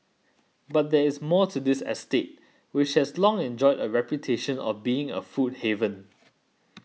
but there is more to this estate which has long enjoyed a reputation of being a food haven